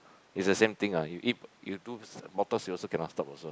is a same thing lah you eat you do botox you also cannot stop also